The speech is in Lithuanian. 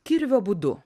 kirvio būdu